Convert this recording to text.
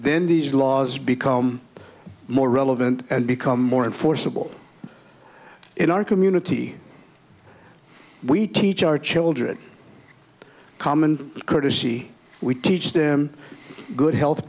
then these laws become more relevant and become more and forcible in our community we teach our children common courtesy we teach them good health